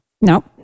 No